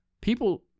People